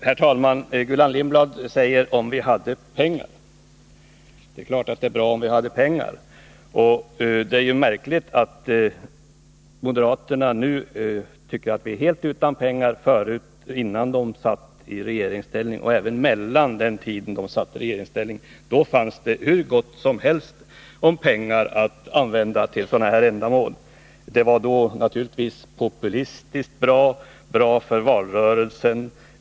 Herr talman! Gullan Lindblad säger: Om vi hade pengar. — Det är klart att det vore bra om vi hade pengar. Och det är märkligt att moderaterna nu tycker att vi är helt utan pengar. Innan de satt i regeringsställning och under den mellanperiod då de inte satt i regeringsställning fanns det hur gott som helst om pengar att använda till sådana här ändamål. Det var då naturligtvis populärt att säga det, bra för valrörelsen.